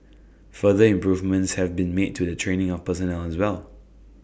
further improvements have been made to the training of personnel as well